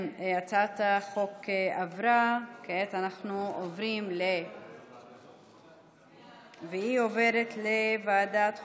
הצעת החוק עברה, והיא עוברת לוועדת החוקה,